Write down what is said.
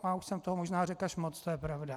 A už jsem toho možná řekl až moc, to je pravda.